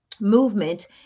movement